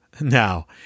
Now